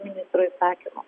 ministro įsakymu